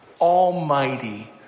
almighty